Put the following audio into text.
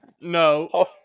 No